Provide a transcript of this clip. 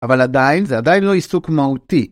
אבל עדיין זה עדיין לא עיסוק מהותי.